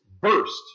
burst